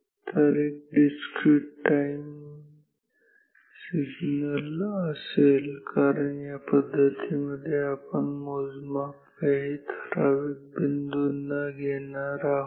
हा एक discrete time signal असेल कारण या पद्धतीमध्ये आपण मोजमाप काही ठराविक बिंदूंनाच घेणार आहोत